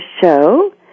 show